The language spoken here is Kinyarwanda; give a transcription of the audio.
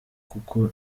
kuko